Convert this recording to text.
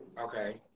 Okay